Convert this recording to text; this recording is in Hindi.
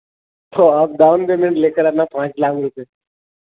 तो आप डाउन पेमेंट लेकर आना पाँच लाख रुपये